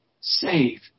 save